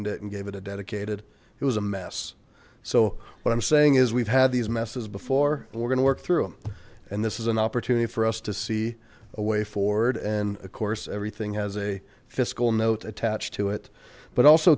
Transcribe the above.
and gave it a dedicated it was a mess so what i'm saying is we've had these messes before and we're gonna work through them and this is an opportunity for us to see a way forward and of course everything has a fiscal note attached to it but also